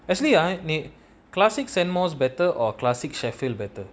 actually ah I thet classic sainmont better or classic sheffield better